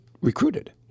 recruited